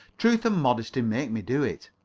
truth and modesty make me do it.